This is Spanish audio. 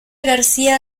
garcía